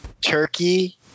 turkey